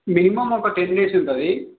minimum ఒక ten days ఉంటుంది